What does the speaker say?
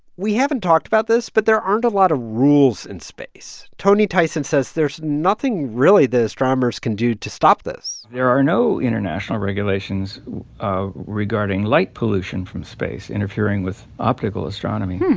we haven't talked about this, but there aren't a lot of rules in space. tony tyson says there's nothing really that astronomers can do to stop this there are no international regulations ah regarding light pollution from space interfering with optical astronomy.